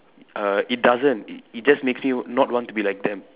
uh it doesn't it it just makes me not want to be like them